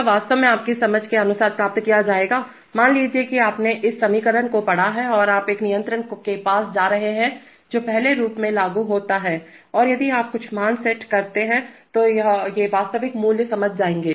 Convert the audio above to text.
क्या वास्तव में आपकी समझ के अनुसार प्राप्त किया जाएगामान लीजिए कि आपने इस समीकरण को पढ़ा है और आप एक नियंत्रक के पास जा रहे हैं जो पहले रूप में लागू होता है और यदि आप कुछ मान सेट करते हैं तो ये वास्तविक मूल्य समझ जाएंगे